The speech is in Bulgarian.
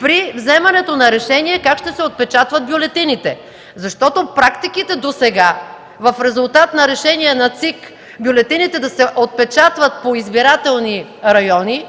при вземането на решение как ще се отпечатват бюлетините. Защото практиките досега в резултат на решение на ЦИК бюлетините да се отпечатват по избирателни райони